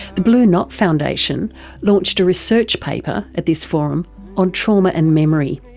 the blue knot foundation launched a research paper at this forum on trauma and memory.